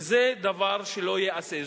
וזה דבר שלא ייעשה.